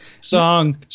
song